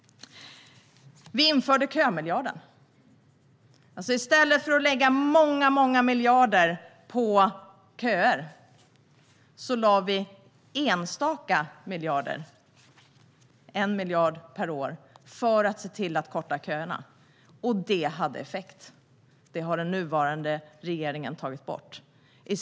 Vi införde kömiljarden. I stället för att lägga många miljarder på köer lade vi enstaka miljarder - 1 miljard per år - för att se till att korta köerna. Detta hade effekt, men den nuvarande regeringen har tagit bort det.